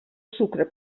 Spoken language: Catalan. sucre